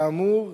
כאמור,